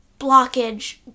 blockage